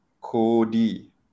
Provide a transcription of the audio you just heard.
Cody